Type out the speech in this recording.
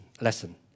lesson